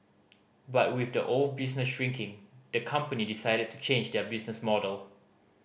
but with the old business shrinking the company decided to change their business model